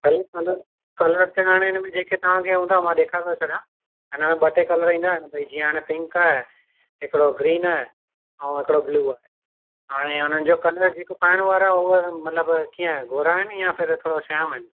colour त colour त हाणे हिन में जेके तव्हां खे हूंदा मां ॾेखारे थो छॾियां हिन में ॿ टे कलर ईंदा आहिन बई जीअं पिंक आहे हिकिड़ो ग्रीन आहे ऐं हिकिड़ो ब्लूं आहे हाणे हुनजो कलर जेको पाइणु वारा उहे मतलबु कीअं गोरा आहिनि या थोरा श्याम आहिनि